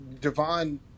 Devon